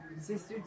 Sister